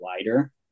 lighter